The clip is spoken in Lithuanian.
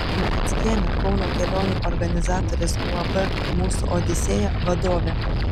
navickienė kauno kelionių organizatorės uab mūsų odisėja vadovė